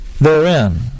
therein